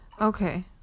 Okay